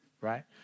right